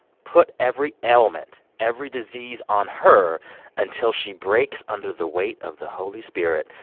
put every element, every disease on her until she breaks under the weight of the holy spirit.